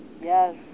Yes